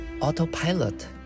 autopilot